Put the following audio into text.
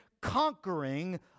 conquering